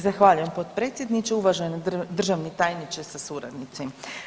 Zahvaljujem potpredsjedniče, uvaženi državni tajniče sa suradnicima.